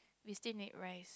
we still need right